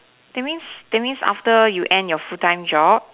that means that means after you end your full time job